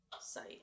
site